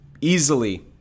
easily